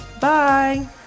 Bye